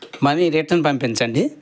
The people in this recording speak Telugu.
మనీ రిటర్న్ పంపించండి